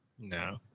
No